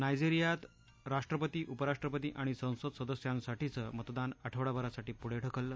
नायजेरीयात राष्ट्रपती उपराष्ट्रपती आणि संसद सदस्यांसाठीचं मतदान आठवडाभरासाठी पुढे ढकललं